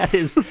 is